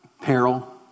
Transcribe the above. Peril